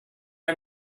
are